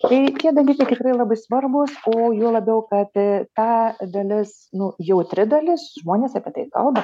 tai tie dalykai tikrai labai svarbūs o juo labiau kad ta dalis nu jautri dalis žmonės apie tai kalba